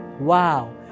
wow